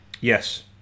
Yes